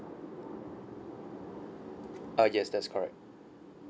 uh yes that's correct